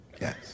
Yes